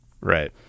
right